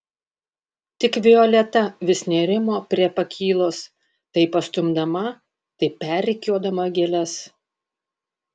tik violeta vis nerimo prie pakylos tai pastumdama tai perrikiuodama gėles